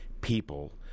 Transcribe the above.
people